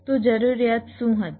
તો જરૂરિયાત શું હતી